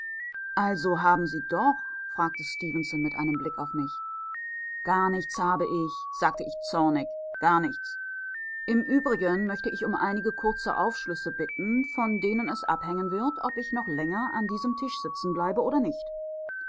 also haben sie doch fragte stefenson mit einem blick auf mich gar nichts habe ich sagte ich zornig gar nichts im übrigen möchte ich um einige kurze aufschlüsse bitten von denen es abhängen wird ob ich noch länger an diesem tisch sitzenbleibe oder nicht